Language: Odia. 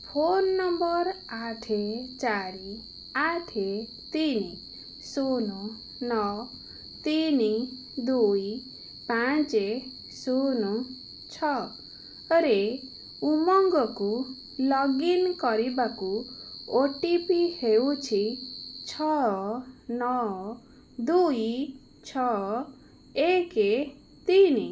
ଫୋନ୍ ନମ୍ବର୍ ଆଠେ ଚାରି ଆଠେ ତିନି ଶୂନ ନଅ ତିନି ଦୁଇ ପାଞ୍ଚେ ଶୂନ ଛଅରେ ଉମଙ୍ଗକୁ ଲଗ୍ଇନ୍ କରିବାକୁ ଓ ଟି ପି ହେଉଛି ଛଅ ନଅ ଦୁଇ ଛଅ ଏକେ ତିନି